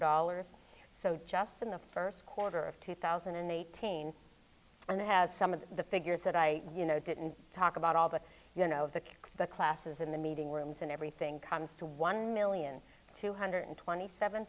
dollars so just in the first quarter of two thousand and eighteen and has some of the figures that i you know didn't talk about all the you know the classes in the meeting rooms and everything comes to one million two hundred twenty seven